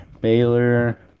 Baylor